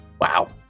Wow